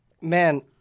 Man